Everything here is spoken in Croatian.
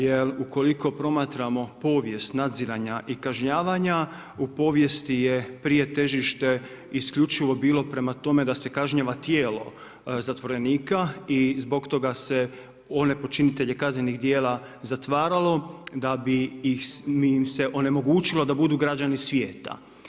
Jer ukoliko ponavljamo povijest nadziranja i kažnjavanja, u povijesti je prije težište isključivo bilo prema tome da se kažnjava tijelo zatvorenika i zbog toga se one počinitelje kaznenih dijela zatvaralo, da bi im se onemogućilo da budu građani svijeta.